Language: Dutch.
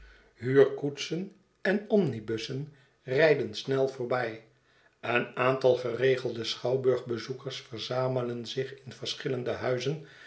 huurkoetsen en schetsen van boz omnibussen rijden snel voorbij een aantal geregelde schouwburgbezoekers verzamelden zich in verschillende huizen